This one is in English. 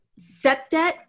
Septet